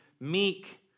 meek